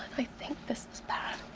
i think this is bad.